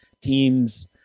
teams